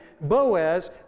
Boaz